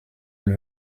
elle